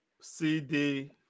cd